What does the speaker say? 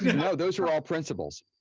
no, those were all principals.